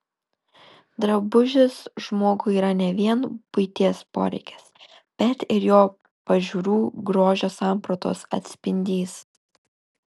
drabužis žmogui yra ne vien buities poreikis bet ir jo pažiūrų grožio sampratos atspindys